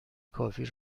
کافی